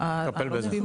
נטפל בזה.